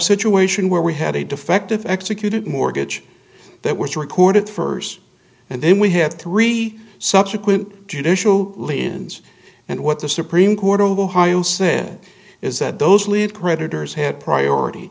situation where we had a defective executed mortgage that was recorded first and then we had three subsequent judicial lead ins and what the supreme court ohio said is that those lead creditors have priority